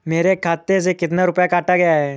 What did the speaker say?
मेरे खाते से कितना रुपया काटा गया है?